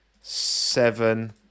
seven